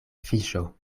fiŝo